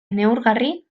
neurgarri